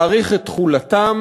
להאריך את תחולתו,